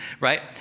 Right